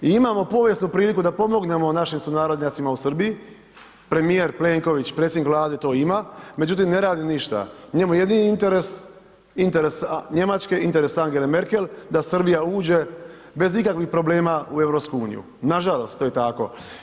I imamo povijesnu priliku da pomognemo našim sunarodnjacima u Srbiji, premijer Plenković, predsjednik Vlade to ima, međutim, ne radi ništa, njemu je jedini interes, interes Njemačke, interes Angele Merkel da Srbija uđe bez ikakvih problema u EU, nažalost, to je tako.